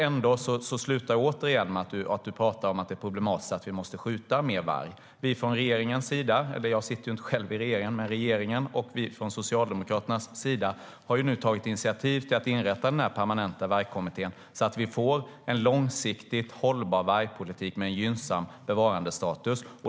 Ändå slutar det återigen med att du pratar om att vi måste skjuta mer varg. Regeringen och vi från Socialdemokraterna har nu tagit initiativ till att inrätta den permanenta vargkommittén så att vi får en långsiktigt hållbar vargpolitik med en gynnsam bevarandestatus.